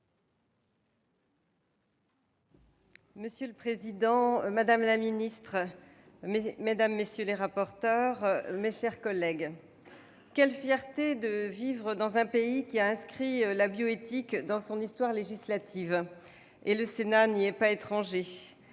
Monsieur le président, madame la ministre, mes chers collègues, quelle fierté de vivre dans un pays qui a inscrit la bioéthique dans son histoire législative ! Et le Sénat n'y est pas étranger